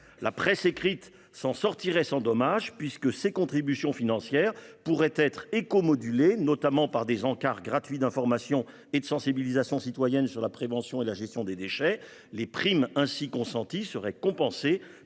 La presse écrite s'en sortirait sans dommage, car ses contributions financières pourraient être écomodulées, notamment par des encarts gratuits d'information et de sensibilisation citoyenne sur la prévention et la gestion des déchets. Les primes ainsi consenties seraient compensées